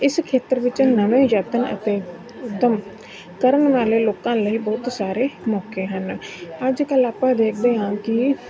ਇਸ ਖੇਤਰ ਵਿੱਚ ਨਵੇਂ ਯਤਨ ਅਤੇ ਉੱਦਮ ਕਰਨ ਵਾਲੇ ਲੋਕਾਂ ਲਈ ਬਹੁਤ ਸਾਰੇ ਮੌਕੇ ਹਨ ਅੱਜ ਕੱਲ੍ਹ ਆਪਾਂ ਦੇਖਦੇ ਹਾਂ ਕਿ